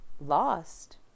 lost